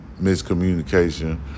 miscommunication